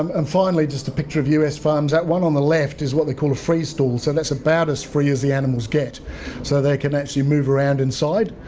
um and finally, just a picture of us farms, that one on the left is what they call a free stall so that's about as free as the animals get so they can actually move around inside.